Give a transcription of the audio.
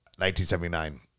1979